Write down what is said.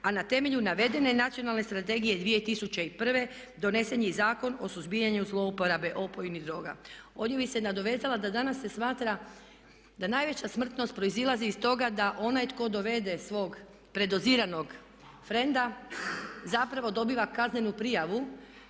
a na temelju navedene Nacionalne strategije 2001. donesen je i Zakon o suzbijanju zlouporabe opojnih droga. Ovdje bih se nadovezala da danas se smatra da najveća smrtnost proizlazi zbog toga da onaj tko dovede svog predoziranog frenda zapravo dobiva kaznenu prijavu